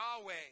Yahweh